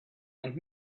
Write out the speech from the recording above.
and